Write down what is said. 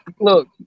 Look